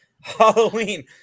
Halloween